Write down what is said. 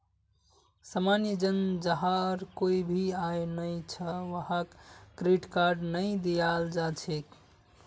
सामान्य जन जहार कोई भी आय नइ छ वहाक क्रेडिट कार्ड नइ दियाल जा छेक